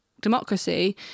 democracy